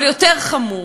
אבל יותר חמור,